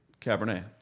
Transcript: Cabernet